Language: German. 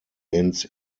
ins